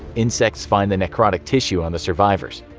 insects find the necrotic tissue on the survivors.